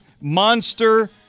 Monster